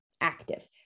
Active